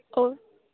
ਉਹ